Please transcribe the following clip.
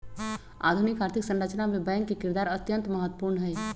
आधुनिक आर्थिक संरचना मे बैंक के किरदार अत्यंत महत्वपूर्ण हई